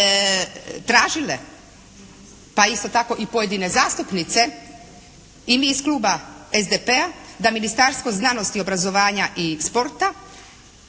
tražile, pa isto tako i pojedine zastupnice i mi iz kluba SDP-a da Ministarstvo znanosti i obrazovanja i sporta